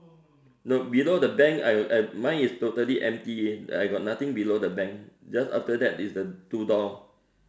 no below the bank I I mine is totally empty I got nothing below the bank just after that is the two door